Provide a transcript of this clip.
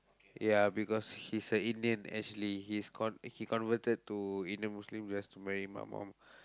ya because he's a Indian actually he is con~ he converted to Indian Muslim just to marry my mum